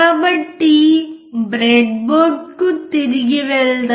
కాబట్టి బ్రెడ్బోర్డుకు తిరిగి వెళ్దాం